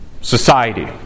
society